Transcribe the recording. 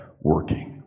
working